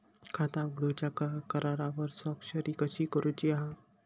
खाता उघडूच्या करारावर स्वाक्षरी कशी करूची हा?